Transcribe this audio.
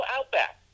Outback